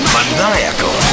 Maniacal